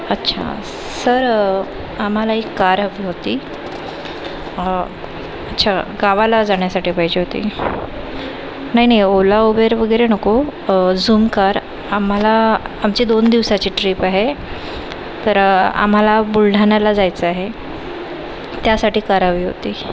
अच्छा सर आम्हाला एक कार हवी होती अच्छा गावाला जाण्यासाठी पाहिजे होती नाही नाही ओला उबर वगैरे नको झूम कार आम्हाला आमची दोन दिवसाची ट्रिप आहे तर आम्हाला बुलढाण्याला जायचं आहे त्यासाटी कार हवी होती